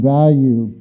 value